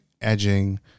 edging